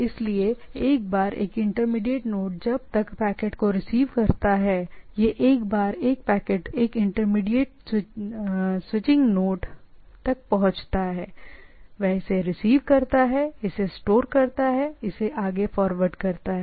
इसलिए एक बार एक इंटरमीडिएट नोड जब एक पैकेट को रिसीव करता है यह एक बार एक पैकेट एक इंटरमीडिएट स्विचिंग नोड तक पहुंचता है वह इसे रिसीव करता है इसे स्टोर करता है और इसे आगे फॉरवर्ड करता है